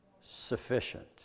sufficient